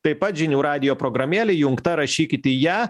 taip pat žinių radijo programėlė įjungta rašykit į ją